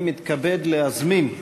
אני מתכבד להזמין,